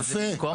יפה.